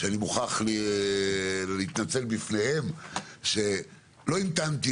שאני מוכרח להתנצל בפניהם שלא המתנתי